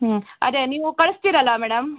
ಹ್ಞೂ ಅದೇ ನೀವು ಕಳಿಸ್ತೀರಲ ಮೇಡಮ್